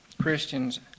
Christians